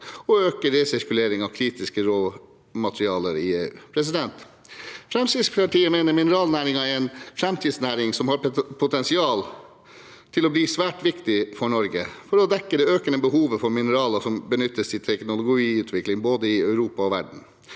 og øke resirkulering av kritiske råmaterialer i EU. Fremskrittspartiet mener mineralnæringen er en framtidsnæring som har potensial til å bli svært viktig for Norge, for å dekke det økende behovet for mineraler som benyttes til teknologiutvikling både i Europa og verden.